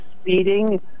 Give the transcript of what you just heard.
speeding